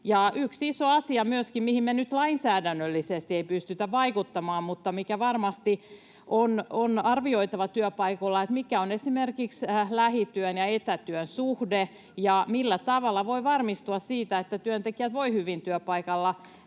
Yksi iso asia myöskin, mihin me nyt lainsäädännöllisesti ei pystytä vaikuttamaan mutta mikä varmasti on arvioitava työpaikoilla, on, että mikä on esimerkiksi lähityön ja etätyön suhde ja millä tavalla voi varmistua siitä, että työntekijät voivat hyvin työpaikalla,